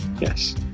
Yes